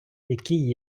які